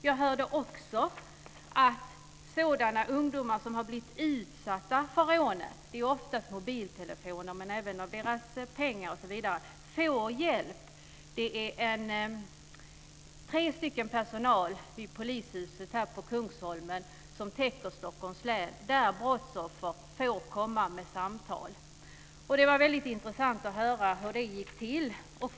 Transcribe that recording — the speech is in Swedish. Jag hörde också att ungdomar som har blivit utsatta för rånen - oftast mobiltelefoner men också pengar osv. - får hjälp. Det finns tre personer på Polishuset på Kungsholmen som täcker Stockholms län där brottsoffer får komma till samtal. Det var mycket intressant att höra hur det gick till.